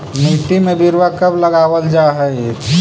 मिट्टी में बिरवा कब लगावल जा हई?